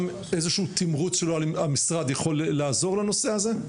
איזשהו תמרוץ של המשרד יכול לעזור לנושא הזה?